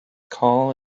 call